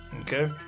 Okay